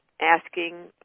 asking